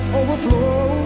overflow